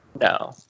No